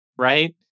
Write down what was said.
Right